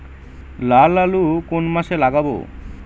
লাল আলু কোন মাসে লাগাব?